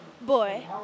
Boy